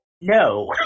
No